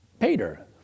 Peter